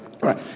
right